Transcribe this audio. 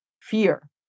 Fear